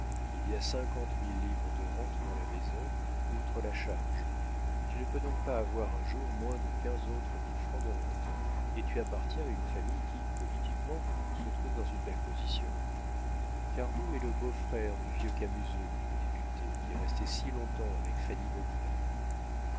il y a cinquante mille livres de rente dans la maison outre la charge tu ne peux donc pas avoir un jour moins de quinze autres mille francs de rente et tu appartiens à une famille qui politiquement se trouve dans une belle position cardot est le beau-frère du vieux camusot le député qui est resté si longtemps avec